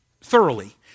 Thoroughly